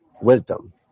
wisdom